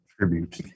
tribute